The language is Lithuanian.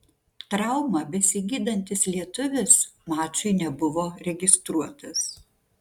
traumą besigydantis lietuvis mačui nebuvo registruotas